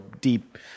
deep